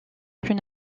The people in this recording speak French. plus